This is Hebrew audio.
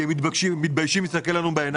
כי הם מתביישים להסתכל לנו בעיניים.